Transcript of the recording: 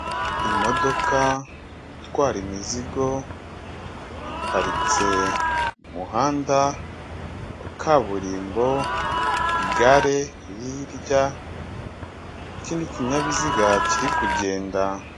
Imodoka itwara imizigo iparitse muhanda wa kaburimbo igare . Hirya ikinindi kinyabiziga kiri kugenda.